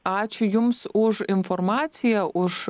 ačiū jums už informaciją už